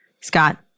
Scott